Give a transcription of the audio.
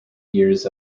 years